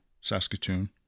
Saskatoon